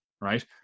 right